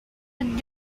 with